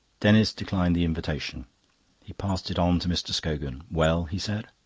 denis declined the invitation he passed it on to mr scogan. well? he said.